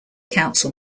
council